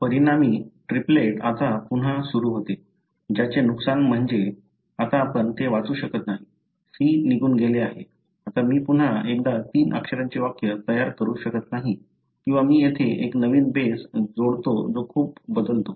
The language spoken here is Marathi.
परिणामी ट्रीपलेट आता पुन्हा सुरू होते ज्याचे नुकसान म्हणजे आता आपण ते वाचू शकत नाही C निघून गेले आहे आता मी पुन्हा एकदा तीन अक्षरांचे वाक्य तयार करू शकत नाही किंवा मी येथे एक नवीन बेस जोडतो जो खूप बदलतो